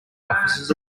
officers